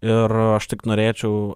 ir aš tik norėčiau